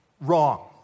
wrong